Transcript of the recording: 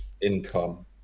income